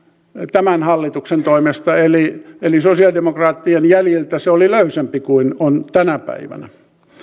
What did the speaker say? tämän hallituksen toimesta eli eli sosialidemokraattien jäljiltä se oli löysempi kuin on tänä päivänä